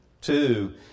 two